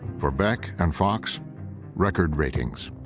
for beck and fox record ratings.